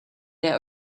der